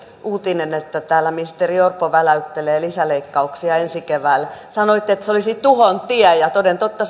uutinen että täällä ministeri orpo väläyttelee lisäleikkauksia ensi keväälle sanoitte että se olisi tuhon tie ja toden totta